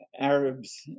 Arabs